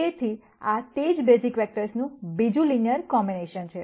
તેથી આ તે જ બેઝિક વેક્ટર્સનું બીજું લિનયર કોમ્બિનેશન છે